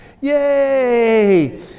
Yay